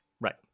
right